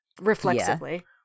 reflexively